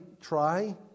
try